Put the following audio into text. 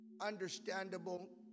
understandable